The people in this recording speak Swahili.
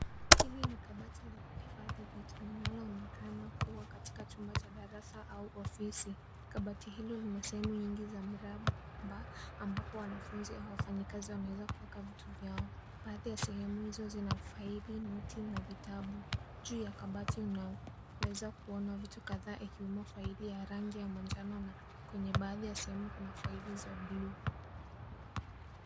Hili ni kabati la kuhifadhi vitu linaloonekana kuwa katika chumba cha darasa au ofisi. Kabati hilo lina sehemu nyingi za mraba ambapo wanafunzi au wafanyakazi wanaweza kuweka vitu vyao. Baadhi ya sehemu hizo zina faili, noti na vitabu. Juu ya kabati unayoweza kuona vitu kadhaa ikiwemo faili ya rangi ya manjano na kwenye baadhi ya sehemu kuna faili za bluu